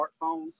smartphones